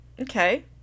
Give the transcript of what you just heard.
Okay